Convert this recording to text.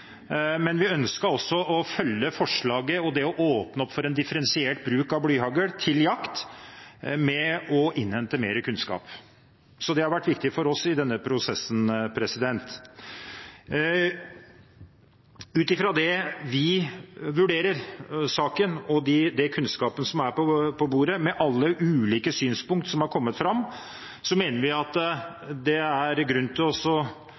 Men vi ønsket også å følge forslaget og det å åpne opp for en differensiert bruk av blyhagl til jakt med å innhente mer kunnskap, så det har vært viktig for oss i denne prosessen. Ut fra slik vi vurderer saken, og med den kunnskap som er på bordet, med alle ulike synspunkt som har kommet fram, mener vi det er grunn til